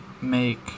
make